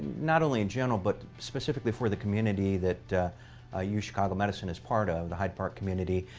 not only in general but specifically for the community that ah yeah uchicago medicine is part of, the hyde park community,